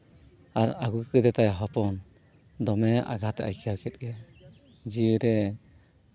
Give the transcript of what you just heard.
ᱟᱨ ᱟᱹᱜᱩ ᱠᱮᱫᱮ ᱛᱟᱭᱟ ᱦᱚᱯᱚᱱ ᱫᱚᱢᱮ ᱟᱜᱷᱟᱛᱮ ᱟᱹᱭᱠᱟᱹᱣ ᱠᱮᱫ ᱜᱮ ᱡᱤᱣᱤ ᱨᱮ